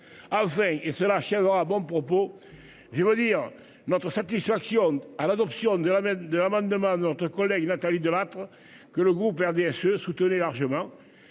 avec et cela achèvera bon propos j'aimerais dire notre satisfaction à l'adoption de la même de l'amendement de notre collègue Nathalie Delattre que le groupe RDSE soutenait largement.